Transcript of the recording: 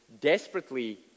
desperately